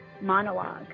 monologue